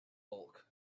bulk